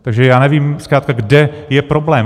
Takže já nevím zkrátka, kde je problém.